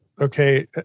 okay